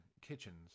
kitchens